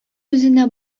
үзенә